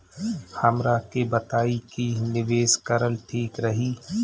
हमरा के बताई की निवेश करल ठीक रही?